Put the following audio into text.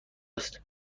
است